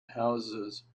houses